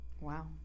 wow